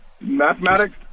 Mathematics